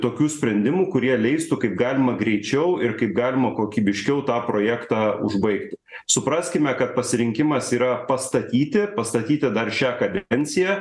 tokių sprendimų kurie leistų kaip galima greičiau ir kaip galima kokybiškiau tą projektą užbaigti supraskime kad pasirinkimas yra pastatyti pastatyti dar šią kadenciją